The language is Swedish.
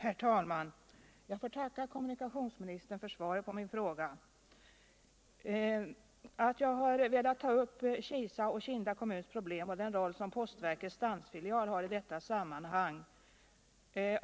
Herr talman! Jag får tacka kommunikationsministern för svaret på min fråga. Jag har velat ta upp Kisas och Kinda kommuns problem och den roll som postverkets stansfilial har i detta sammanhang av tre